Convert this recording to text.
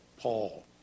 Paul